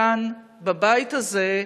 כאן, בבית הזה,